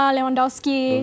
Lewandowski